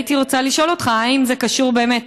הייתי רוצה לשאול אותך: האם זה קשור באמת,